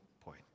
point